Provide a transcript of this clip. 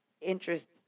interest